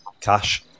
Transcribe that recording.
cash